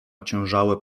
ociężałe